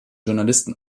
journalisten